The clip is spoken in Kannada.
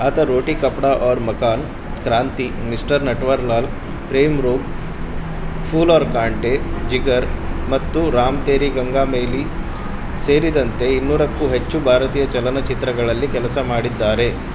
ಆತ ರೋಟಿ ಕಪ್ಡಾ ಔರ್ ಮಕಾನ್ ಕ್ರಾಂತಿ ಮಿಸ್ಟರ್ ನಟ್ವರ್ಲಾಲ್ ಪ್ರೇಮ್ ರೋಗ್ ಫೂಲ್ ಔರ್ ಕಾಂಟೇ ಜಿಗರ್ ಮತ್ತು ರಾಮ್ ತೇರೀ ಗಂಗಾ ಮೈಲಿ ಸೇರಿದಂತೆ ಇನ್ನೂರಕ್ಕೂ ಹೆಚ್ಚು ಭಾರತೀಯ ಚಲನಚಿತ್ರಗಳಲ್ಲಿ ಕೆಲಸ ಮಾಡಿದ್ದಾರೆ